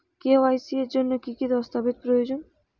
KYC এর জন্যে কি কি দস্তাবেজ প্রয়োজন?